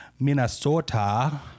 Minnesota